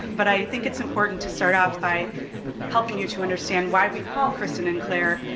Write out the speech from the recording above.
but i think it's important to start off by helping you to understand why we call kristin and claire,